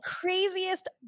craziest